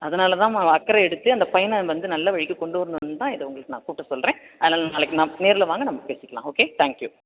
அதனால தான்மா அக்கறை எடுத்து அந்த பையனை நம்ப வந்து நல்ல வழிக்கு கொண்டு வரணுன்னு தான் இதை உங்களுக்கு நான் கூப்பிட்டு சொல்லுறேன் அதனால நாளைக்கு நான் நேரரில் வாங்க நம்ப பேசிக்கலாம் ஓகே தேங்க் யூ